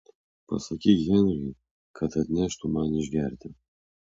pasakyk henriui kad atneštų man išgerti